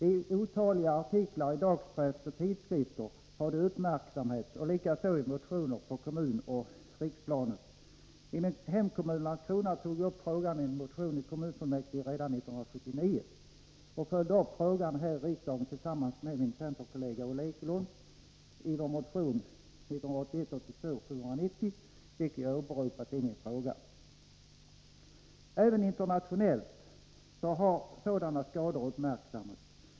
I otaliga artiklar i dagspress och tidskrifter har skadeverkningarna uppmärksammats, liksom i motioner på kommunoch riksplanet. I min hemkommun Landskrona tog jag upp frågan i en motion i kommunfullmäktige redan 1979, och jag följde upp frågan här i riksdagen tillsammans med min centerkollega Ulla Ekelund i motion 1981/82:790, vilken jag åberopat i min fråga. Även internationellt har sådana här skador uppmärksammats.